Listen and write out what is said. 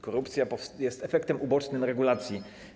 Korupcja jest efektem ubocznym regulacji.